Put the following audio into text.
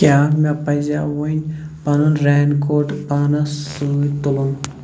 کیٛاہ مےٚ پَزِیٛاہ وۄنۍ پنُن رین کوٹ پانس سۭتۍ تُلُن